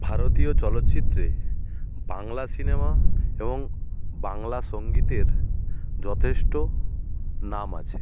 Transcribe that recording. ভারতীয় চলচ্চিত্রে বাংলা সিনেমা এবং বাংলা সঙ্গীতের যথেষ্ট নাম আছে